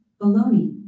bologna